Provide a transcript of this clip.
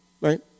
right